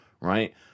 right